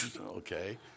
Okay